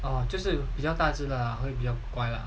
oh 就是比较大只啦会比较乖 lah